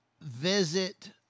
visit